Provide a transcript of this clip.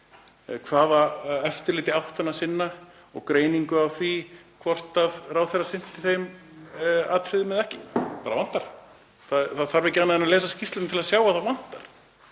hvaða eftirliti hann átti að sinna og greining á því hvort ráðherra sinnti þeim atriðum eða ekki. Það bara vantar. Það þarf ekki annað en að lesa skýrsluna til að sjá að það vantar.